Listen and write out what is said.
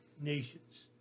nations